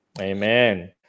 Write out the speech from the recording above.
Amen